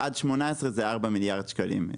עד 18 4 מיליארד שקלים.